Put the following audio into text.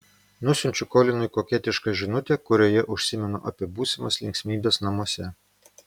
nusiunčiu kolinui koketišką žinutę kurioje užsimenu apie būsimas linksmybes namuose